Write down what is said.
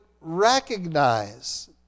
recognize